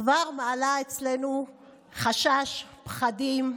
כבר מעלה אצלנו חשש, פחדים.